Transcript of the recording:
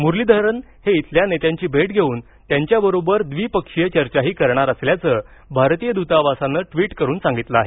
मुरलीधरन हे इथल्या नेत्यांची भेट घेऊन त्यांच्याबरोबर द्विपक्षीय चर्चाही करणार असल्याचं भारतीय द्तावासानं ट्वीट करून सांगितलं आहे